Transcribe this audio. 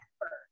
first